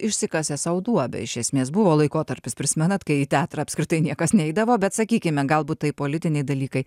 išsikasė sau duobę iš esmės buvo laikotarpis prisimenat kai į teatrą apskritai niekas neidavo bet sakykime galbūt tai politiniai dalykai